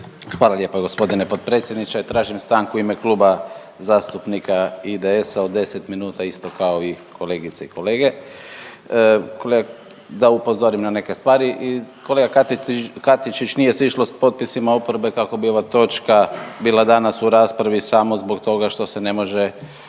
Hvale lijepa gospodine potpredsjedniče. Tražim stanku u ime Kluba zastupnika IDS-a od 10 minuta isto kao i kolegice i kolege da upozorim na neke stvari. Kolega Katičić nije se išlo sa potpisima oporbe kako bi ova točka bila danas u raspravi samo zbog toga što se ne može,